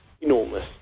enormous